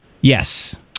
Yes